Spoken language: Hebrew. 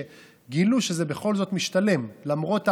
שגילו שזה בכל זאת משתלם למרות העמלה,